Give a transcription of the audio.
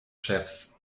chefs